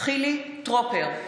חילי טרופר,